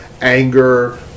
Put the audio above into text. anger